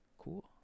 Cool